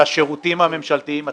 לשירותים הממשלתיים עצמם?